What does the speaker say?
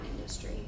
industry